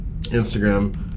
Instagram